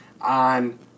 on